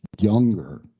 younger